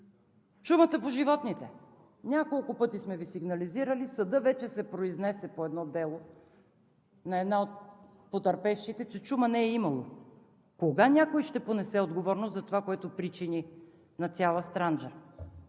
Чумата по животните. Няколко пъти сме Ви сигнализирали. Съдът вече се произнесе по едно дело на една от потърпевшите, че чума не е имало. Кога някой ще понесе отговорност за това, което причини на цяла Странджа?